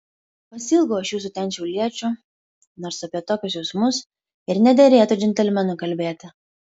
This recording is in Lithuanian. pasiilgau aš jūsų ten šiauliečių nors apie tokius jausmus ir nederėtų džentelmenui kalbėti